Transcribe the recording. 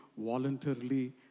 voluntarily